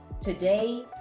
Today